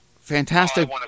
fantastic